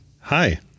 Hi